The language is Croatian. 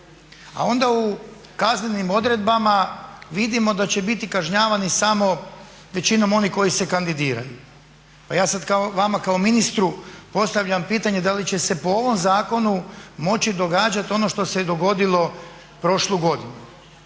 A onda u kaznenim odredbama vidimo da će biti kažnjavani samo većinom oni koji se kandidiraju. Pa ja sad vama kao ministru postavljam pitanje da li će se po ovom zakonu moći događati ono što se dogodilo prošlu godinu?